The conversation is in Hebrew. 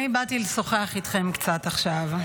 אני באתי לשוחח איתכם קצת עכשיו.